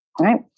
Right